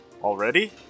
Already